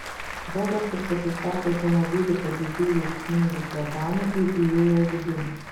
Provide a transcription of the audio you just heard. robertas pasistatė automobilį po didžiuliu ūksmingu platanu ir įėjo vidun